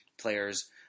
players